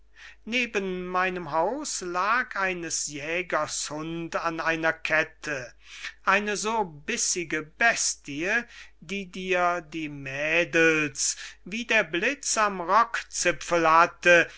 neben meinem haus lag eines jägers hund an einer kette eine so bißige bestie die dir die mädels wie der blitz am rockzipfel hatte